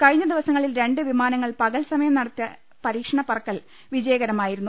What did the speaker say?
കഴിഞ്ഞ ദിവസങ്ങളിൽ രണ്ട് വിമാനങ്ങൾ പകൽ സമയം നടത്തിയ പരീക്ഷണ പറക്കൽ വിജയകര് മായിരുന്നു